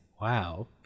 Wow